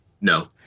No